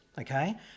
okay